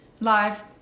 Live